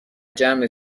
جمع